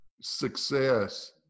success